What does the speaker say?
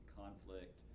conflict